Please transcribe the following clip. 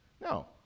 no